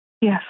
Yes